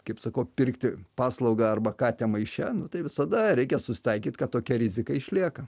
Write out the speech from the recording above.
kaip sakau pirkti paslaugą arba katę maiše nu tai visada reikia susitaikyt kad tokia rizika išlieka